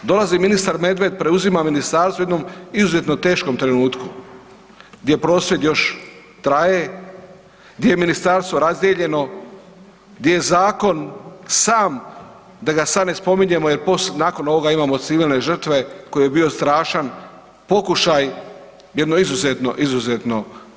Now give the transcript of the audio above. Dolazi ministar Medved, preuzima ministarstvo u jednom izuzetno teškom trenutku gdje prosvjed još traje, gdje je ministarstvo razdijeljeno, gdje je zakon sam da ga sad ne spominjemo jer nakon ovoga imamo civilne žrtve koji je bio strašan pokušaj, jedno izuzetno, izuzetno.